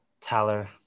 tyler